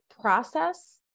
process